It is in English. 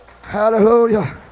Hallelujah